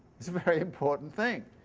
it's a very important thing.